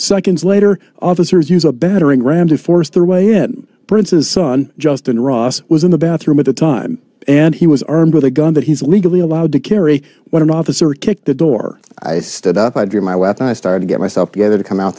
seconds later officers use a battering ram to force their way in prince's son justin ross was in the bathroom at the time and he was armed with a gun that he's legally allowed to carry when an officer kicked the door i stood up i drew my weapon i started to get myself together to come out